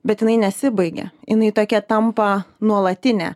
bet jinai nesibaigia jinai tokia tampa nuolatine